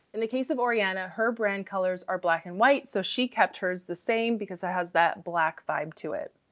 in the case of oriana, her brand colors are black and white, so she kept hers the same because it has that black vibe to it.